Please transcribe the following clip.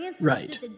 Right